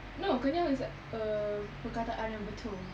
no kenyal is like err perkataan yang betul